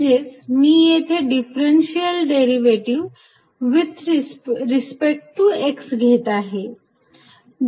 म्हणजेच मी येथे partial derivative respect to x घेत आहे